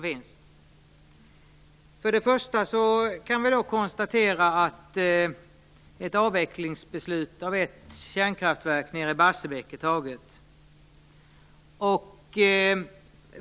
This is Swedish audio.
Först och främst kan vi konstatera att ett beslut om avveckling av ett kärnkraftverk i Barsebäck är taget.